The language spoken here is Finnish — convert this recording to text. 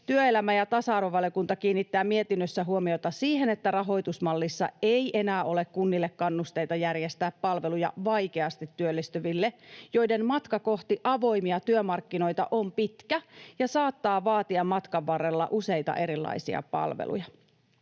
Työelämä- ja tasa-arvovaliokunta kiinnittää mietinnössään huomiota siihen, että rahoitusmallissa ei enää ole kunnille kannusteita järjestää palveluja vaikeasti työllistyville, joiden matka kohti avoimia työmarkkinoita on pitkä ja saattaa vaatia matkan varrella useita erilaisia palveluja.